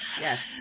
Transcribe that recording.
Yes